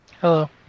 Hello